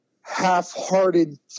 half-hearted